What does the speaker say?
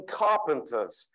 carpenters